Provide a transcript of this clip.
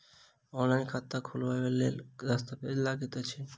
Online खाता खोलबय लेल केँ दस्तावेज लागति अछि?